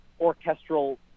orchestral